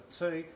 two